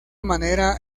manera